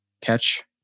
Catch